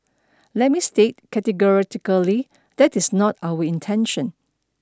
let me state categorically that is not our intention